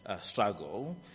struggle